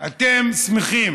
אתם שמחים,